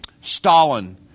Stalin